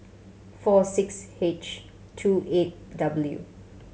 four six H two eight W